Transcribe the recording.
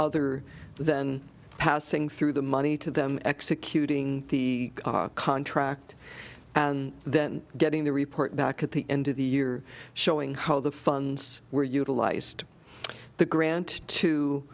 other than passing through the money to them executing the contract and then getting the report back at the end of the year showing how the funds were utilized the grant to